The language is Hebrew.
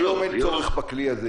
היום אין צורך בכלי הזה,